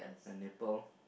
a nipple